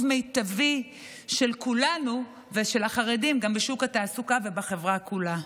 מיטבי של כולנו ושל החרדים גם בשוק התעסוקה ובחברה כולה.